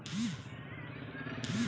प्याज के भंडारन कइसे होला?